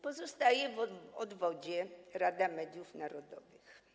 Pozostaje w odwodzie Rada Mediów Narodowych.